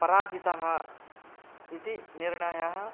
पराजितः इति निर्णयः